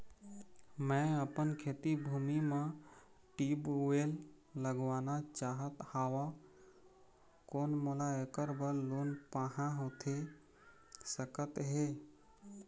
मैं अपन खेती भूमि म ट्यूबवेल लगवाना चाहत हाव, कोन मोला ऐकर बर लोन पाहां होथे सकत हे?